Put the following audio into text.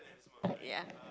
ya